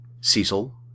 Cecil